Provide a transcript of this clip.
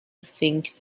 think